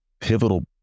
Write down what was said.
pivotal